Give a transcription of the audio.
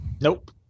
Nope